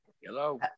Hello